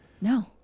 No